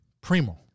Primo